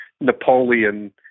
Napoleon